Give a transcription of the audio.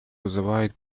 вызывает